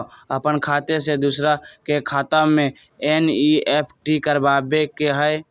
अपन खाते से दूसरा के खाता में एन.ई.एफ.टी करवावे के हई?